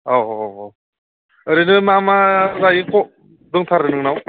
औ औ औ ओरैनो मा मा दायो दंथारो नोंनाव